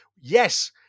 yes